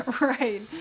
right